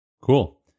Cool